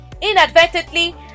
inadvertently